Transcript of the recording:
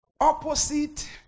opposite